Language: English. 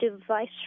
device